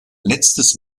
letztes